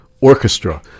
Orchestra